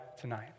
tonight